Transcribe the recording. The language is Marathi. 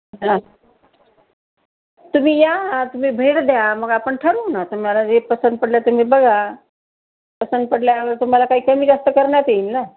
हं तुम्ही या तुम्ही भेट द्या मग आपण ठरू ना तुम्हाला जे पसंत पडलं तुम्ही बघा पसंत पडल्यावर तुम्हाला काही कमी जास्त करण्यात येईल ना